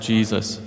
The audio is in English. Jesus